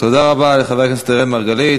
תודה רבה לחבר הכנסת אראל מרגלית.